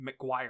McGuire